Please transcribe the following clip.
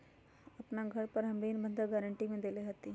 अपन घर हम ऋण बंधक गरान्टी में देले हती